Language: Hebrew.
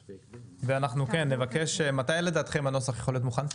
אנחנו נבקש מתי הנוסח יכול להיות מוכן?